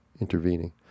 intervening